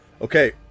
Okay